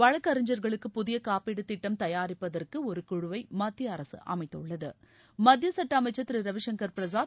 வழக்கறிஞர்களுக்கு புதிய காப்பீடு திட்டம் தயாரிப்பதற்கு ஒரு குழுவை மத்திய அரசு அமைத்துள்ளது மத்திய சட்ட அமைச்சர் திரு ரவிசங்கர் பிரசாத்